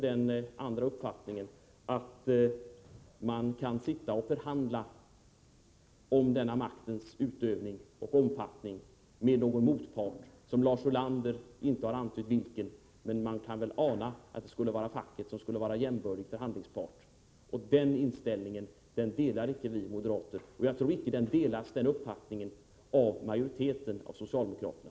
Den andra är att man kan förhandla om maktens utövning och omfattning med någon motpart. Lars Ulander har inte angivit vilken motpart det är fråga om, men man kan ana att det är facket som skulle vara jämbördig förhandlingspart. Den senare inställningen delar inte vi moderater. Jag tror inte heller att den uppfattningen delas av majoriteten av socialdemokraterna.